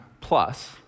plus